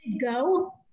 go